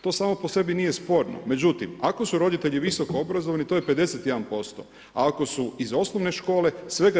To samo po sebi nije sporno, međutim ako su roditelji visokoobrazovani to je 51%, a ako su iz osnovne škole svega 28%